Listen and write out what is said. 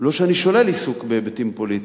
לא שאני שולל עיסוק בהיבטים פוליטיים,